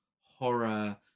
horror